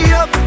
up